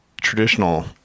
traditional